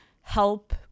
help